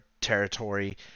territory